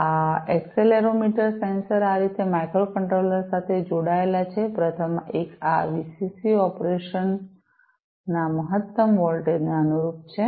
આ accelerometer sensor આ રીતે માઇક્રોકન્ટ્રોલર સાથે જોડાયેલા છે પ્રથમ એક આ વીસીસી ઓપરેશનના મહત્તમ વોલ્ટેજ નેઅનુરૂપ છે